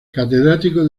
catedrático